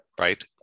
right